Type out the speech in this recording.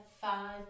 five